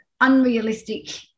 unrealistic